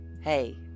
hey